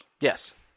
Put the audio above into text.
Yes